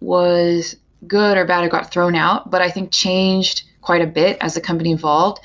was good or bad i got thrown out, but i think changed quite a bit as the company involved.